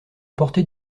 portée